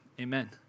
amen